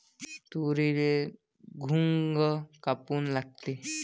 तुरीले घुंग काऊन लागते?